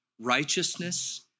righteousness